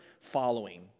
following